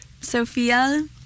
Sophia